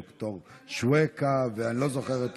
ד"ר שוויקה, ואני לא זוכר,